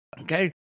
Okay